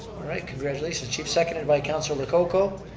right, congratulations chief. seconded by councilor lococo.